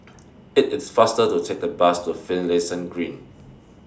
IT IS faster to Take The Bus to Finlayson Green